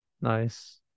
Nice